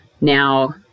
now